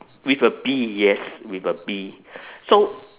with a bee yes with a bee so